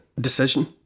decision